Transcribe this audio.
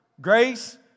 Grace